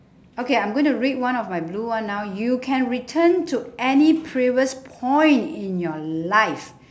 okay I'm going to read one of my blue one now you can return to any previous point in your life